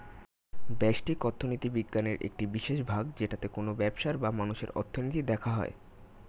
ব্যষ্টিক অর্থনীতি বিজ্ঞানের একটি বিশেষ ভাগ যেটাতে কোনো ব্যবসার বা মানুষের অর্থনীতি দেখা হয়